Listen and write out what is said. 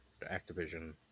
Activision